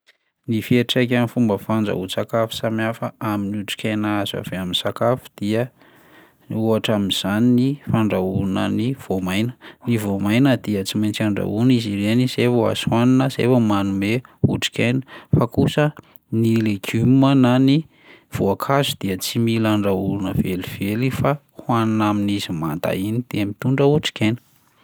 Ny fiantraikan'ny fomba fandrahoan-tsakafo samihafa amin'ny otrikaina azo avy amin'ny sakafo dia ohatra amin'izany ny fandrahoana ny voamaina, ny voamaina dia tsy maintsy andrahoina izy ireny zay vao azo hohanina zay vao manome otrikaina, fa kosa ny legioma na ny voankazo dia tsy mila andrahoana velively fa hohanina amin'izy manta iny de mitondra otrikaina.